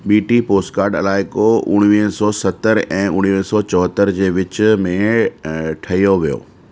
B T postcard अलायको उणिवीह सौ सतरि ऐं उणिवीह सौ चोहतरि जे विच में ठहियो वियो